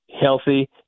healthy